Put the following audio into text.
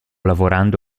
lavorando